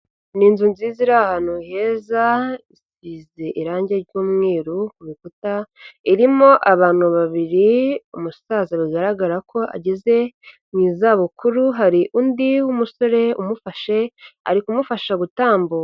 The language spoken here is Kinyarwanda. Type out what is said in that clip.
Ni inzu nziza iri ahantu heza, isize irangi ry'umweru ku rukuta, irimo abantu babiri, umusaza bigaragara ko ageze mu izabukuru, hari undi musore umufashe, ari kumufasha gutambuka.